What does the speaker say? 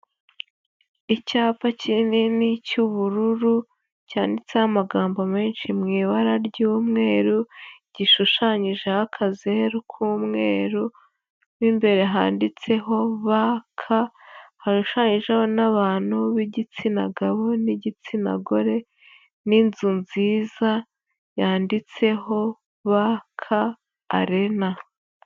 Icyapa kinini cy'ubururu cyanditseho amagambo menshi mu ibara ry'umweru gishushanyijeho akazeru ku'umweru, mo imbere handitseho BK hashushanyijeho n'abantu b'igitsina gabo n'igitsina gore n'inzu nziza yanditseho BK Arena.